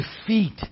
defeat